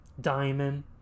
Diamond